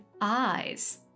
eyes